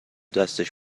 دستش